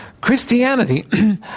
Christianity